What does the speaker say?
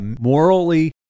morally